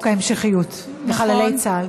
הצעת חוק ההמשכיות לחללי צה"ל.